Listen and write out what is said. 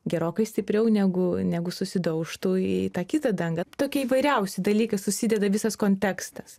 gerokai stipriau negu negu susidaužtų į tą kitą dangą tokie įvairiausi dalykai susideda visas kontekstas